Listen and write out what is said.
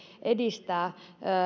edistää